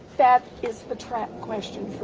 that is the trap question